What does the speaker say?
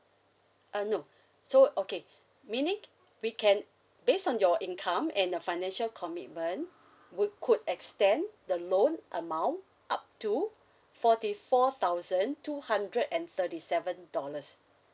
uh no so okay meaning we can based on your income and the financial commitment we could extend the loan amount up to forty four thousand two hundred and thirty seven dollars